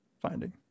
finding